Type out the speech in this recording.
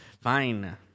Fine